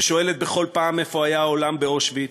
ששואלת בכל פעם איפה היה העולם באושוויץ,